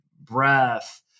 breath